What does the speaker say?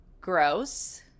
gross